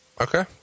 Okay